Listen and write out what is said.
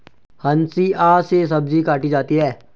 हंसिआ से सब्जी काटी जाती है